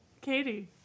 Katie